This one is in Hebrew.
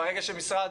ברגע שמשרד